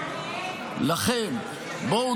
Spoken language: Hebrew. בואו